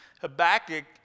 Habakkuk